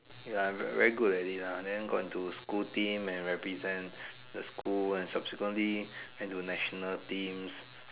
ya very very good ah and then got into school team and represent the school and subsequently into national team